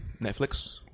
Netflix